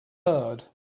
heard